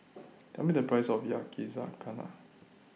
Tell Me The Price of Yakizakana